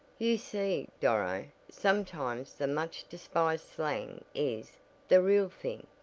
you see, doro, sometimes the much despised slang is the real thing,